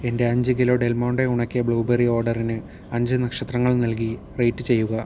എന്റെ അഞ്ച് kilo Del Monte ഉണങ്ങിയ ബ്ലൂബെറി അഞ്ച് ഓർഡറിന് അഞ്ച് നക്ഷത്രങ്ങൾ നൽകി റേറ്റ് ചെയ്യുക